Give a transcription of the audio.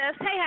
Hey